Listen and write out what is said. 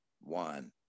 one